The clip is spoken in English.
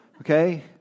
Okay